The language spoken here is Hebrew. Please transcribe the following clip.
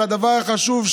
על הדבר החשוב,